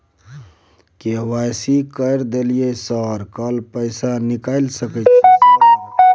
KYC कर दलियै sir कल पैसा निकाल सकलियै सर?